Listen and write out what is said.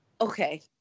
okay